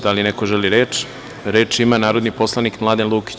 Da li neko želi reč? (Da.) Reč ima narodni poslanik Mladen Lukić.